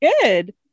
good